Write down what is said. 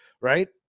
right